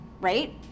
right